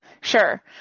Sure